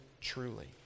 truly